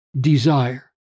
desire